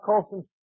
Colson